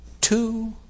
Two